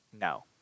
No